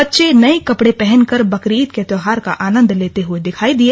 बच्चे नए कपड़े पहनकर बकरीद के त्योहार का आनंद लेते हुए दिखाई दिए